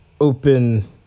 open